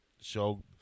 show